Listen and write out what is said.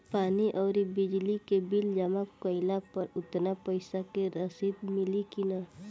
पानी आउरबिजली के बिल जमा कईला पर उतना पईसा के रसिद मिली की न?